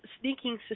sneaking